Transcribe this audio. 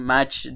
Match